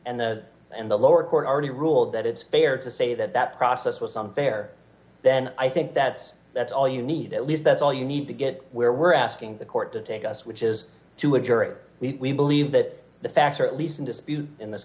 and the and the lower court already ruled that it's fair to say that that process was on fair then i think that's that's all you need at least that's all you need to get where we're asking the court to take us which is d to a jury we believe that the facts are at least in dispute in this